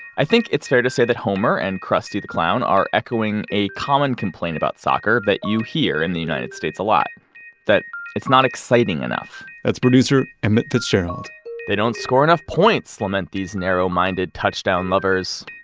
i think it's fair to say that homer and krusty the clown are echoing a common complaint about soccer that you hear in the united states a lot that it's not exciting enough that's producer emmett fitzgerald they don't score enough points! lament these narrow-minded touchdown lovers.